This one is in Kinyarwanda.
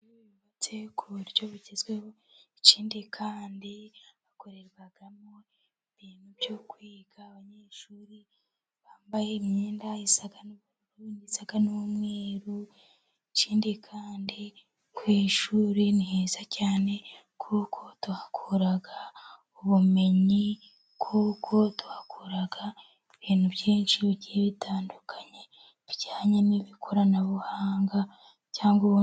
Inzu yubatse ku buryo bugezweho, ikindi kandi hakorerwamo ibintu byo kwiga, abanyeshuri bambaye imyenda isa n'ubururu ndetse n'umweruru, ikindi kandi ku ishuri ni heza cyane, kuko tuhakura ubumenyi kuko tuhakura ibintu byinshi bitandukanye bijyanye n'ikoranabuhanga cyangwa ubundi.....